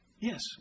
Yes